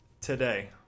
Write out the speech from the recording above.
today